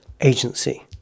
Agency